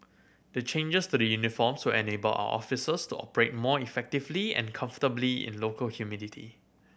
the changes to the uniforms will enable our officers to operate more effectively and comfortably in local humidity